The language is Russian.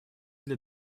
для